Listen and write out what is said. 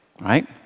right